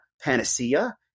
panacea